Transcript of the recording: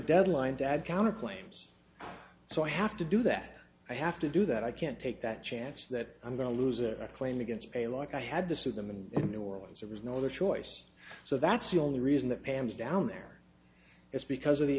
deadline dad counterclaims so i have to do that i have to do that i can't take that chance that i'm going to lose a claim against pay like i had to sue them in new orleans there was no other choice so that's the only reason the pams down there is because of the